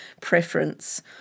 preference